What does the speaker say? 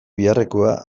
beharrekoa